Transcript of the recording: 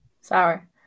Sour